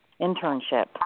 internship